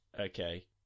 okay